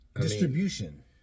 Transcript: distribution